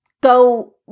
go